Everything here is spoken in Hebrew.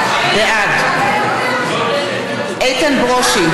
בעד איתן ברושי,